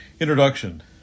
Introduction